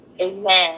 Amen